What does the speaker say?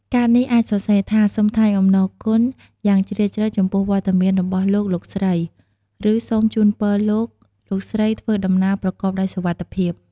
កាតនេះអាចសរសេរថា "សូមថ្លែងអំណរគុណយ៉ាងជ្រាលជ្រៅចំពោះវត្តមានរបស់លោក លោកស្រី" ឬ "សូមជូនពរលោក លោកស្រីធ្វើដំណើរប្រកបដោយសុវត្ថិភាព"។